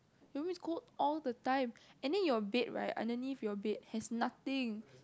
your room is cold all the time and then your bed right underneath your bed has nothing